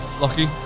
lucky